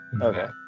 Okay